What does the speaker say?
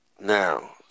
Now